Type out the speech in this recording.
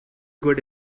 good